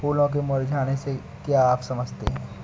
फूलों के मुरझाने से क्या आप समझते हैं?